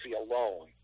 alone